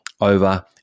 over